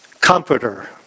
comforter